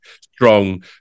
strong